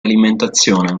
alimentazione